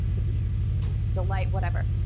it would be delight, whatever.